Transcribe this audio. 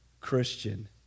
Christian